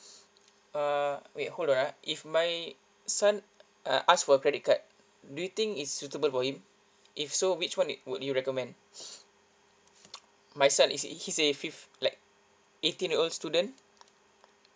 uh wait hold ah if my son uh ask for credit card do you think is suitable for him if so which one would you recommend my son is he he is a fif~ like eighteen years old student